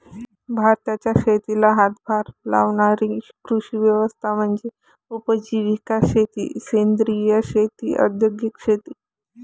भारताच्या शेतीला हातभार लावणारी कृषी व्यवस्था म्हणजे उपजीविका शेती सेंद्रिय शेती औद्योगिक शेती